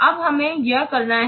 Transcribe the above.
अब हमें यह करना है